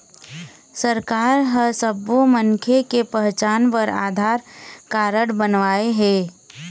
सरकार ह सब्बो मनखे के पहचान बर आधार कारड बनवाए हे